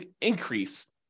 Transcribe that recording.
increase